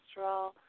cholesterol